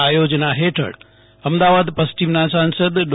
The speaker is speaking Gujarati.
આ યોજના હેઠળ અમદાવાદ પશ્ચિમના સાંસદ ડૉ